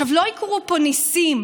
לא יקרו פה ניסים,